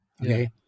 Okay